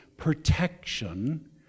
protection